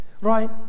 Right